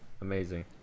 amazing